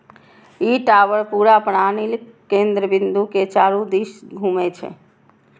ई tower पूरा प्रणालीक केंद्र बिंदु के चारू दिस घूमै छै